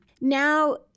now